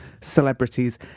celebrities